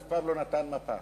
הוא אף פעם לא נתן מפה.